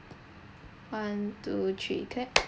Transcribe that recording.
one two three clap